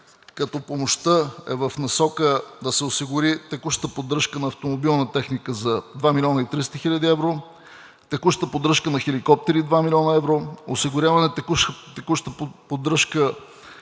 като помощта е в насока да се осигури: текуща поддръжка на автомобилна техника за 2 млн. и 300 хил. евро; текуща поддръжка на хеликоптери – 2 млн. евро; осигуряване на текуща поддръжка